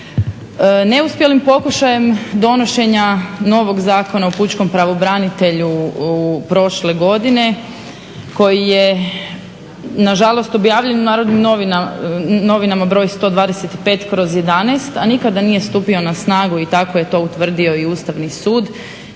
Neuspjelim pokušajem donošenja novog Zakona o pučkom pravobranitelju prošle godine koji je nažalost objavljen u Narodnim novinama br. 125/11. a nikada nije stupio na snagu i tako je to utvrdio i Ustavni sud